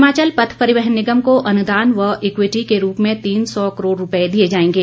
हिमाचल पथ परिहवन निगम को अनुदान व इक्विटी के रूप में तीन सौ करोड़ रूपए दिए जाएंगे